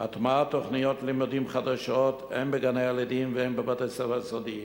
והטמעת תוכניות לימוד חדשות הן בגני-הילדים והן בבתי-הספר היסודיים.